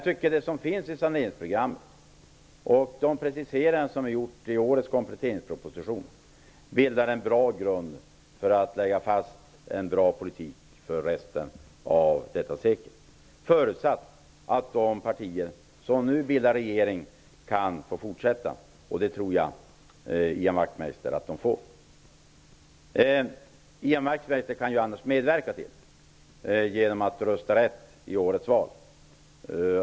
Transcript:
Det som finns i saneringsprogrammet och de preciseringar som är gjorda i årets kompletteringsproposition bildar en bra grund, tycker jag, när det gäller att lägga fast en bra politik för resten av detta sekel -- förutsatt att de partier som nu bildar regering kan få fortsätta, och det tror jag, Ian Wachtmeister, att de får. Ian Wachtmeister kan medverka till det genom att rösta rätt i årets val.